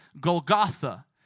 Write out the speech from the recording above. Golgotha